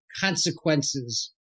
consequences